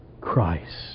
Christ